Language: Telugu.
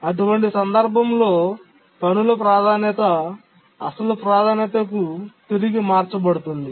అటువంటి సందర్భంలో పనుల ప్రాధాన్యత అసలు ప్రాధాన్యతకు తిరిగి మార్చబడుతుంది